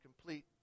complete